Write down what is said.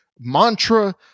mantra